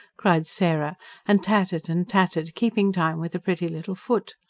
cried sarah and tatted and tatted, keeping time with a pretty little foot.